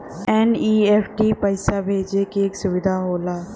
NEFT पइसा भेजे क एक सुविधा होला